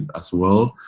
as well,